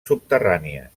subterrànies